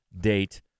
date